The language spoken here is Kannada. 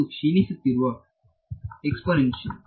ಅದು ಕ್ಷೀಣಿಸುತ್ತಿರುವ ಎಕ್ಸ್ಪೊನ್ ಇನ್ಶಿಯಲ್